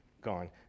gone